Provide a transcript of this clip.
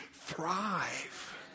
thrive